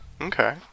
Okay